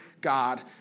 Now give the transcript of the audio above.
God